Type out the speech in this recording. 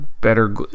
better